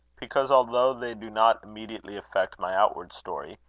because, although they do not immediately affect my outward story,